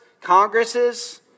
Congresses